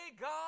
God